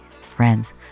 friends